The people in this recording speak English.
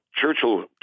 Churchill